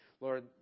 lord